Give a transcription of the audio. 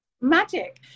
magic